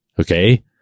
okay